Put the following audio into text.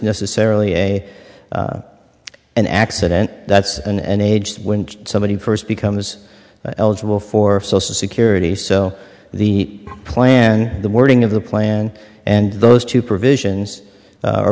necessarily a an accident that's in an age when somebody first becomes eligible for social security so the plan and the wording of the plan and those two provisions a